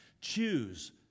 Choose